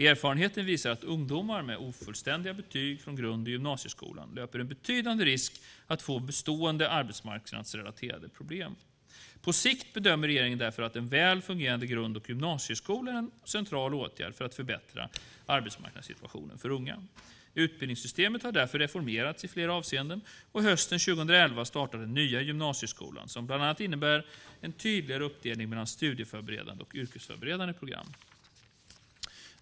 Erfarenheten visar att ungdomar med ofullständiga betyg från grund och gymnasieskolan löper en betydande risk att få bestående arbetsmarknadsrelaterade problem. På sikt bedömer regeringen därför att en väl fungerande grund och gymnasieskola är en central åtgärd för att förbättra arbetsmarknadssituationen för unga. Utbildningssystemet har därför reformerats i flera avseenden, och hösten 2011 startar den nya gymnasieskolan som bland annat innebär en tydligare uppdelning mellan studieförberedande och yrkesförberedande program.